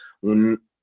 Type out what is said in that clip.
un